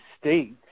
states